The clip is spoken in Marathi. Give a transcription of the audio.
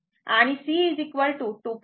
आणि C 2